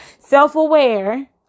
self-aware